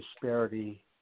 disparity